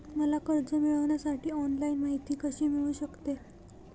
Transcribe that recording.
मला कर्ज मिळविण्यासाठी ऑनलाइन माहिती कशी मिळू शकते?